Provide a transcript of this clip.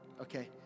Okay